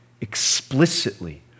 Explicitly